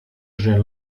jean